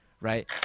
right